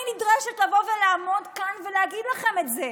נדרשת לבוא ולעמוד כאן ולהגיד לכם את זה.